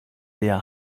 der